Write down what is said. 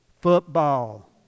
football